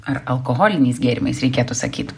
ar alkoholiniais gėrimais reikėtų sakyt